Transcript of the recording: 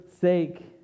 sake